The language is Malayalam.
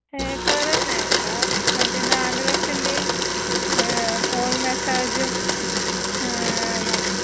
ഹെയര് കളർ വേണ്ട മറ്റേ ഡാന്ഡ്രഫിന്റെയും ഓയില് മസാജും മതി